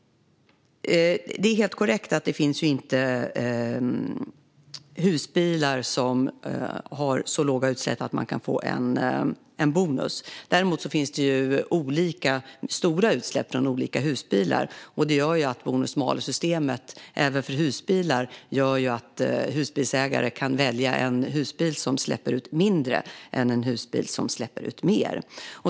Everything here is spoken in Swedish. Det är helt korrekt att det inte finns husbilar som har så låga utsläpp att man kan få en bonus. Däremot blir det olika stora utsläpp från olika husbilar. Det innebär att även husbilsägare kan välja en husbil som släpper ut mindre än en som släpper ut mer.